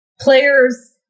players